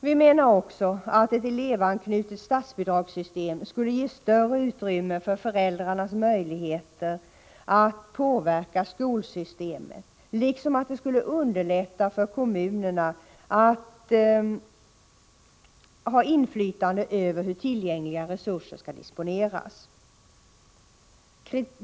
Vi menar också att ett elevanknutet statsbidragssystem skulle ge större utrymme för föräldrarnas möjligheter att påverka skolsystemet, liksom att det skulle underlätta för kommunerna att ha inflytande över hur tillgängliga resurser skall disponeras.